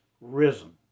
risen